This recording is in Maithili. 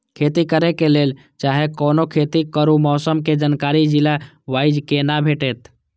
खेती करे के लेल चाहै कोनो खेती करू मौसम के जानकारी जिला वाईज के ना भेटेत?